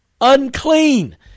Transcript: unclean